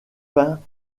peint